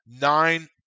Nine